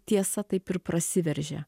tiesa taip ir prasiveržia